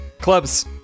clubs